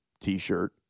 T-shirt